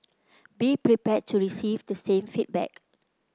be prepared to receive the same feedback